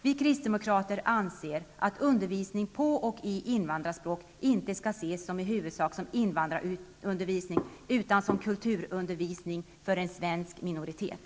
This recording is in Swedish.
Vi kristdemokrater anser att undervisning på och i invandrarspråk inte skall ses som i huvudsak ''invandrarundervisning'' utan som kulturundervisning för en svensk minoritet.